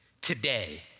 Today